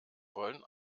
wollen